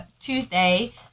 Tuesday